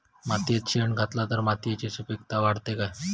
मातयेत शेण घातला तर मातयेची सुपीकता वाढते काय?